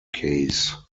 case